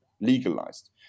legalized